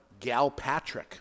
Galpatrick